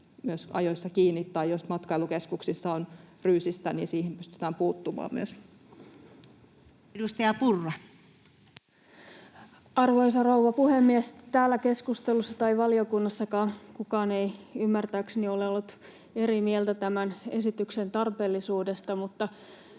myös ajoissa kiinni, tai jos matkailukeskuksissa on ryysistä, niin siihen pystytään myös puuttumaan. Edustaja Purra. Arvoisa rouva puhemies! Täällä keskustelussa tai valiokunnassakaan kukaan ei ymmärtääkseni ole ollut eri mieltä tämän esityksen tarpeellisuudesta, mutta